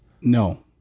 No